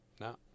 No